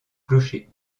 clocher